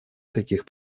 таких